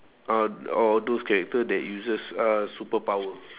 ah or or those character that uses uh superpower